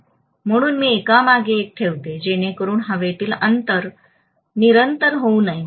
म्हणून मी एकामागे एक ठेवतो जेणेकरून हवेतील अंतर निरंतर होऊ नये